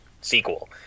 sequel